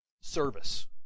Service